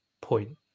point